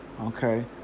Okay